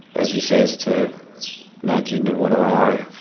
as he says, to nudge into what i owe.